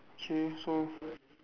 okay so